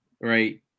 right